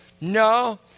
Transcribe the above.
No